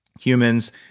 humans